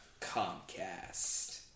Comcast